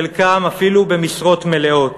חלקם אפילו במשרות מלאות.